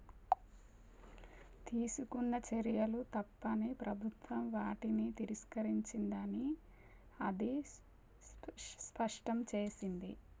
తీసుకున్న చర్యలు తప్పని ప్రభుత్వం వాటిని తిరస్కరించింది అని అది స్పష్టం చేసింది